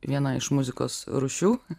viena iš muzikos rūšių